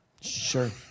Sure